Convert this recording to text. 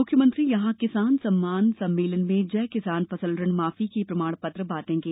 मुख्यमंत्री यहां किसान सम्मान सम्मेलन में जय किसान फसल ऋणमाफी के प्रमाण पत्र बांटेंगे